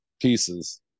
pieces